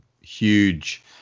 huge